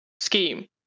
scheme